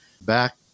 Back